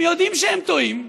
הם יודעים שהם טועים,